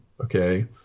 okay